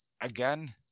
again